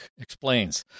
explains